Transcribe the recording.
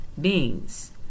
beings